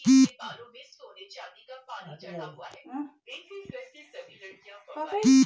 एमे जे बीमा करवले रहल बा ओके राहत मिल जाई